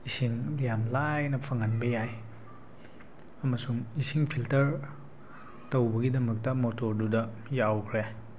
ꯏꯁꯤꯡ ꯌꯥꯝ ꯂꯥꯏꯅ ꯐꯪꯍꯟꯕ ꯌꯥꯏ ꯑꯃꯁꯨꯡ ꯏꯁꯤꯡ ꯐꯤꯜꯇꯔ ꯇꯧꯕꯒꯤꯗꯃꯛꯇ ꯃꯣꯔꯇꯣꯔꯗꯨꯗ ꯌꯥꯎꯈ꯭ꯔꯦ